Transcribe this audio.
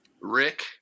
Rick